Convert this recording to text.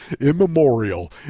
immemorial